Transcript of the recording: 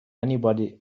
anybody